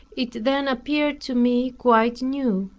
it then appeared to me quite new.